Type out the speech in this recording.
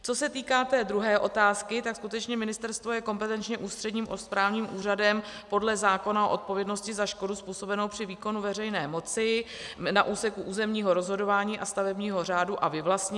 Co se týká druhé otázky, skutečně ministerstvo je kompetenčně ústředním a správním úřadem podle zákona o odpovědnosti za škodu způsobenou při výkonu veřejné moci na úseku územního rozhodování a stavebního řádu a vyvlastnění.